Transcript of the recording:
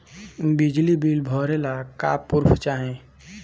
बिजली बिल भरे ला का पुर्फ चाही?